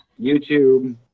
YouTube